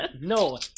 No